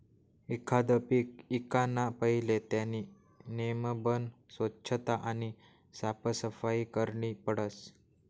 एखांद पीक ईकाना पहिले त्यानी नेमबन सोच्छता आणि साफसफाई करनी पडस